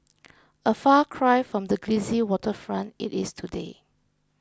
a far cry from the glitzy waterfront it is today